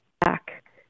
back